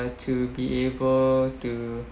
to be able to